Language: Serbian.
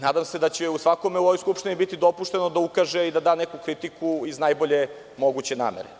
Nadam se da će svakome u ovoj Skupštini biti dopušteno da ukaže i da da neku kritiku iz najbolje moguće namere.